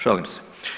Šalim se.